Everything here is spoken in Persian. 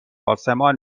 آسمان